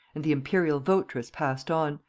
and the imperial votress passed on,